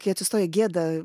kai atsistoji gėda